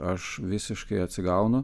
aš visiškai atsigaunu